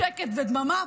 הס, שקט ודממה.